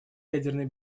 ядерной